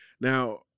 Now